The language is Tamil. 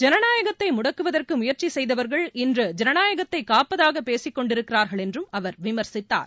ஜனநாயகத்தை முடக்குவதற்கு முயற்சி செய்தவர்கள் இன்று ஜனநாயகத்தை காட்பதாக பேசிக் கொண்டிருக்கிறார்கள் என்றும் அவர் விமர்சித்தார்